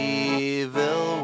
evil